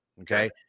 Okay